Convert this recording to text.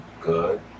good